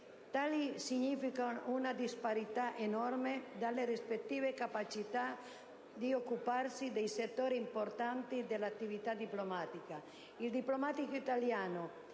dati significano una disparità enorme delle rispettive capacità di occuparsi di settori importanti dell'attività diplomatica.